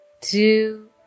two